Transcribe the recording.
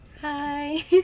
Hi